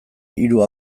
hiru